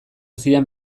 zidan